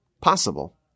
possible